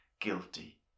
guilty